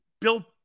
Bill